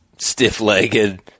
Stiff-legged